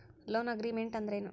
Loan agreement ಅಂದ್ರೇನು?